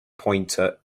pointer